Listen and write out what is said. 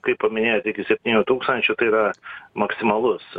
kaip paminėjo iki septynių tūkstančių tai yra maksimalus